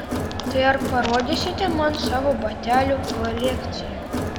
tai ar parodysite man savo batelių kolekciją